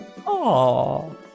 Aww